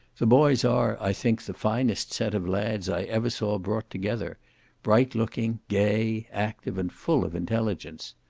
the boys are, i think, the finest set of lads i ever saw brought together bright looking, gay, active, and full of intelligence.